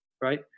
right